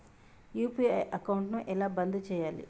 UPI account ఎలా బంద్ చేయాలి?